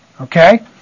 okay